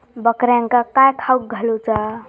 बकऱ्यांका काय खावक घालूचा?